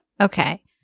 Okay